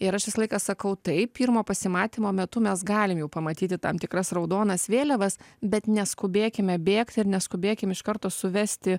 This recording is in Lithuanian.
ir aš visą laiką sakau taip pirmo pasimatymo metu mes galim jau pamatyti tam tikras raudonas vėliavas bet neskubėkime bėgti ir neskubėkim iš karto suvesti